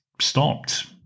stopped